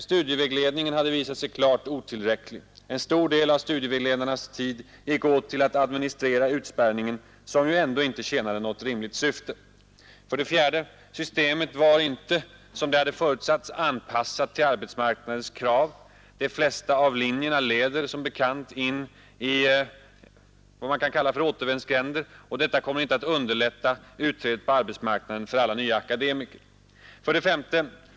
Studievägledningen hade visat sig klart otillräcklig. En stor del av studievägledarnas tid gick åt till att administrera utspärrningen som ju ändå inte tjänade något rimligt syfte. 4. Systemet var inte, som det hade förutsatts, anpassat till arbetsmarknadens krav. De flesta av linjerna leder in i vad man kan kalla för återvändsgränder och detta kommer inte att underlätta utträdet på arbetsmarknaden för alla nya akademiker. 5.